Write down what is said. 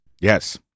Yes